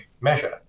measure